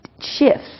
Shifts